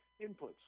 inputs